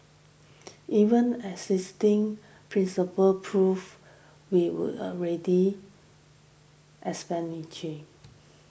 even existing principle prove we will already